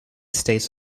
states